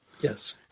Yes